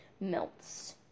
melts